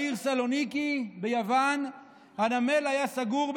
בעיר סלוניקי ביוון הנמל היה סגור,